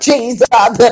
Jesus